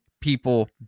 people